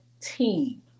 Team